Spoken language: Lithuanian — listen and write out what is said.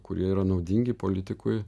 kurie yra naudingi politikui